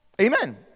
Amen